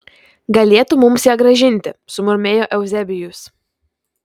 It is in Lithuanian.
galėtų mums ją grąžinti sumurmėjo euzebijus